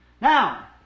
Now